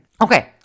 Okay